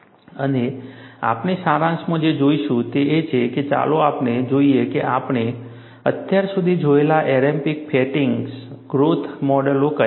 અને આપણે સારાંશમાં જે જોશું તે એ છે કે ચાલો આપણે જોઈએ કે આપણે અત્યાર સુધી જોયેલા એમ્પિરિકલ ફેટિગ ગ્રોથ મોડેલો કયા છે